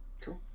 cool